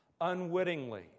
Unwittingly